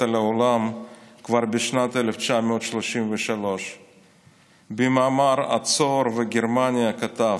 על העולם כבר בשנת 1933. במאמר "הצה"ר וגרמניה" כתב: